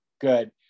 good